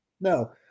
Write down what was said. No